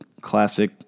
classic